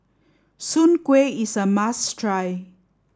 soon kway is a must try